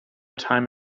time